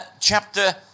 chapter